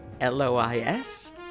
L-O-I-S-